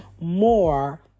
more